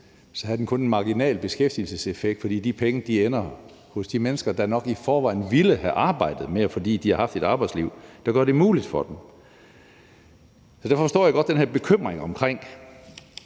havde den kun en marginal beskæftigelseseffekt, fordi de penge jo ender hos de mennesker, der nok i forvejen ville have arbejdet mere, fordi de har haft et arbejdsliv, der gør det muligt for dem. Derfor forstår jeg godt den bekymring om,